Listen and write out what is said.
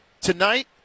tonight